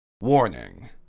Warning